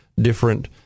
different